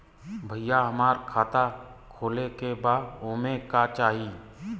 भईया हमार खाता खोले के बा ओमे का चाही?